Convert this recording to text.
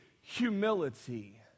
Humility